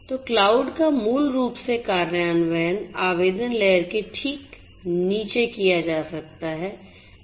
तो क्लाउड का मूल रूप से कार्यान्वयन आवेदन लेयर के ठीक नीचे किया जा सकता है